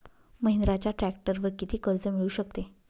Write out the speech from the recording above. महिंद्राच्या ट्रॅक्टरवर किती कर्ज मिळू शकते?